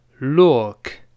look